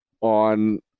on